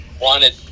wanted